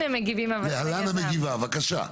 בבקשה.